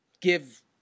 give